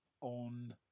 on